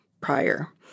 prior